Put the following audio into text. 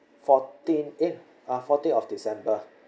fourteen eight uh fourteen of december